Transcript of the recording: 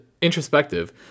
introspective